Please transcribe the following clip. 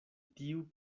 tiu